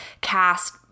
cast